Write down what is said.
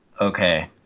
okay